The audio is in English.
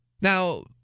Now